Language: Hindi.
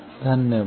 धन्यवाद